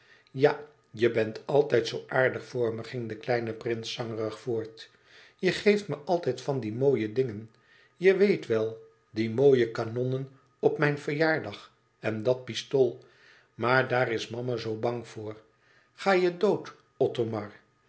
ja je bent altijd zoo aardig voor me ging de kleine prins zangerig voort je geeft me altijd van die mooie dingen je weet wel die mooie kanonnen op mijn verjaardag en dat pistool maar daar is mama zoo bang voor ga je dood